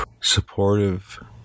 supportive